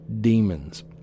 demons